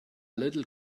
little